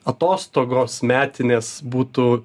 atostogos metinės būtų